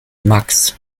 max